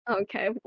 Okay